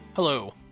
Hello